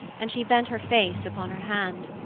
and she bent her face upon her hand.